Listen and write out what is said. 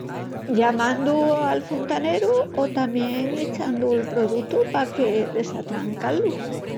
Llamandu al fontaneru o tamién echandu'l produtu paque desatrancá-lu.